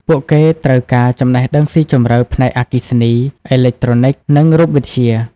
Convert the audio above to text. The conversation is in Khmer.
ពួកគេត្រូវការចំណេះដឹងស៊ីជម្រៅផ្នែកអគ្គិសនី អេឡិចត្រូនិក និងរូបវិទ្យា។